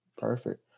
Perfect